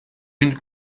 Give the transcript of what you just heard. unes